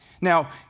Now